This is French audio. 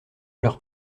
leur